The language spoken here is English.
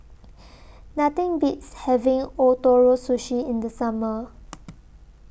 Nothing Beats having Ootoro Sushi in The Summer